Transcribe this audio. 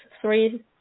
three